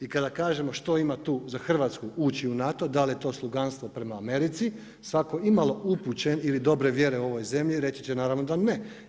I kada kažemo što ima tu za Hrvatsku ući u NATO, da li je to sloganstvo prema Americi, svako imalo upućen ili dobre vjere u ovoj zemlji, reći će naravno da ne.